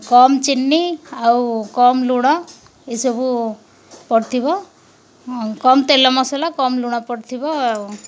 କମ୍ ଚିନି ଆଉ କମ୍ ଲୁଣ ଏସବୁ ପଡ଼ିଥିବ କମ୍ ତେଲ ମସଲା କମ୍ ଲୁଣ ପଡ଼ିଥିବ ଆଉ